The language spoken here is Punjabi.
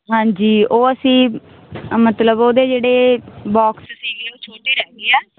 ਹਾਂਜੀ ਉਹ ਅਸੀਂ ਮਤਲਬ ਉਹਦੇ ਜਿਹੜੇ ਬੋਕਸ ਸੀਗੇ ਉਹ ਛੋਟੇ ਰਹਿ ਗਏ ਆ